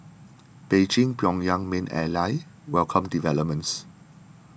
Beijing Pyongyang's main ally welcomed developments